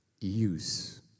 Use